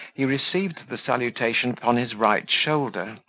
he received the salutation upon his right shoulder,